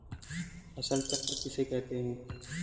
फसल चक्र किसे कहते हैं?